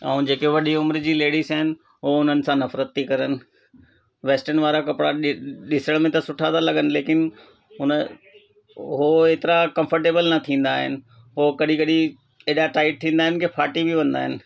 ऐं जेके वॾियूं उमिरि जी लेडीस आहिनि हो उन्हनि सां नफ़रत थी करनि वेस्टन वारा कपिड़ा ॾिसण में त सुठा था लॻनि लेकिन हुन हो हेतिरा कम्फरटेबल न थींदा आहिनि हो कॾहिं कॾहिं एॾा टाइट थींदा आहिनि की फाटी वेंदा आहिनि